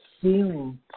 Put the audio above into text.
feeling